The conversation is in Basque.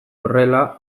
horrela